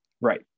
right